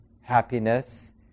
happiness